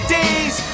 days